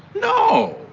no.